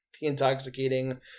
intoxicating